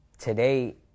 Today